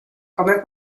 come